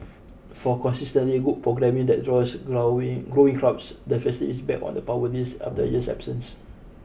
for consistently good programming that draws growing growing crowds the festival is back on the Power List after a year's absence